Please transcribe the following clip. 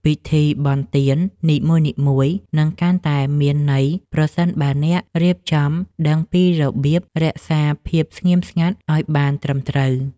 ពិធីបុណ្យទាននីមួយៗនឹងកាន់តែមានន័យប្រសិនបើអ្នករៀបចំដឹងពីរបៀបរក្សាភាពស្ងៀមស្ងាត់ឱ្យបានត្រឹមត្រូវ។